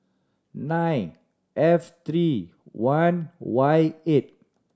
nine F three one Y eight